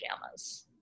pajamas